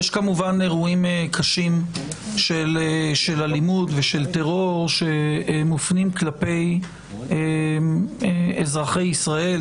יש כמובן אירועים קשים של אלימות ושל טרור שמופנים כלפי אזרחי ישראל,